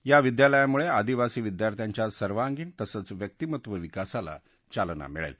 या विद्यालयामुळे आदिवासी विद्यार्थ्यांच्या सर्वांगिण तसंच व्यक्तीमत्व विकासाला चालना मिळेल